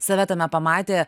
save tame pamatė